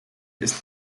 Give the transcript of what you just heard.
ist